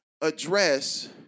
address